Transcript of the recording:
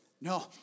No